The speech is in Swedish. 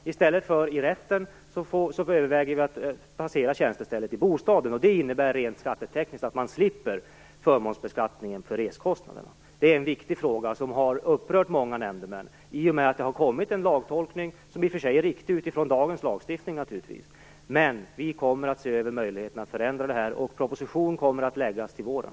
Vi överväger att placera tjänstestället i bostaden i stället för i rätten. Det innebär rent skattetekniskt att man slipper förmånsbeskattningen för reskostnaderna. Detta är en viktig fråga som har upprört många nämndemän i och med att det har kommit en lagtolkning som i och för sig är riktig utifrån dagens lagstiftning. Men vi kommer att se över möjligheterna att förändra detta. Proposition kommer att läggas fram till våren.